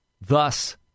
Thus